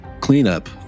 cleanup